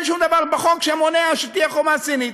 אין שום דבר בחוק שמונע שתהיה חומה סינית.